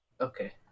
Okay